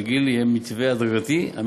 בקצרה.